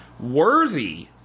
worthy